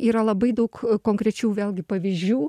yra labai daug konkrečių vėlgi pavyzdžių